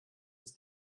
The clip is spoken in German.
das